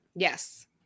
Yes